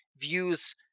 views